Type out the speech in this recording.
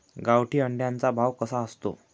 गावठी अंड्याचा भाव कसा असतो?